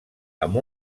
amb